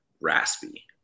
raspy